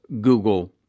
Google